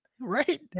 Right